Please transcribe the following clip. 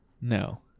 No